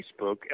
Facebook